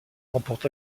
remporte